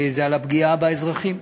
על הפגיעה באזרחים.